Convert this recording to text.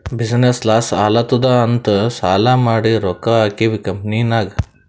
business loss ಆಲಾತ್ತುದ್ ಅಂತ್ ಸಾಲಾ ಮಾಡಿ ರೊಕ್ಕಾ ಹಾಕಿವ್ ಕಂಪನಿನಾಗ್